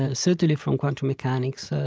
ah certainly, from quantum mechanics, ah